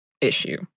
issue